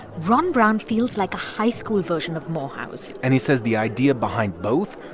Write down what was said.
ron brown feels like a high school version of morehouse and he says the idea behind both,